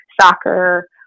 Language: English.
soccer